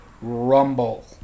rumble